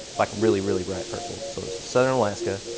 like really really bright purple. so southern alaska,